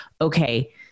okay